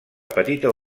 petita